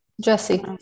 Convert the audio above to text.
Jesse